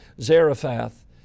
Zarephath